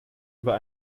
über